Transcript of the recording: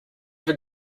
have